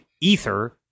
ether